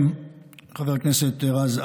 חבר הכנסת רז,